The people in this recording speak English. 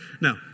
No